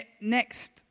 next